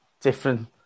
different